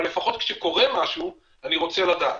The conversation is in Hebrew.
אבל לפחות כשקורה משהו אני רוצה לדעת.